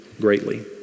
greatly